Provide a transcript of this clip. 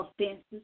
offenses